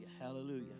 Hallelujah